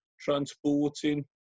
transporting